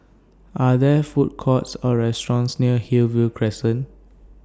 Are There Food Courts Or restaurants near Hillview Crescent